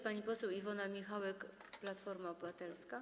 Pani poseł Iwona Michałek, Platforma Obywatelska.